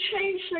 change